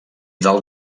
del